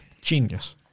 genius